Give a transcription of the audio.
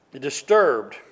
Disturbed